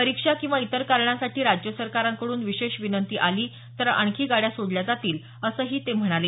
परीक्षा किंवा इतर कारणांसाठी राज्य सरकारांकडून विशेष विनंती आली तर आणखी गाड्या सोडल्या जातील असंही त्यांनी सांगितलं